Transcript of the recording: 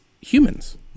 humans